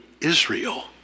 Israel